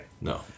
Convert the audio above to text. No